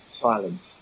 silence